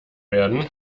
werden